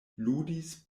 ludis